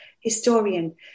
historian